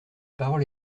parole